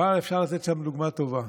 אבל אפשר לתת שם דוגמה טובה: